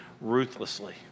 ruthlessly